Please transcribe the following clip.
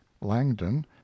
langdon